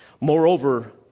Moreover